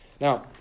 Now